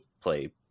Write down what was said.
play